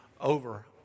over